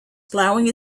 plowing